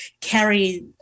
carry